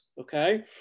okay